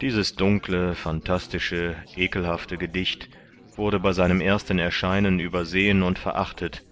dies dunkle phantastische ekelhafte gedicht wurde bei seinem ersten erscheinen übersehen und verachtet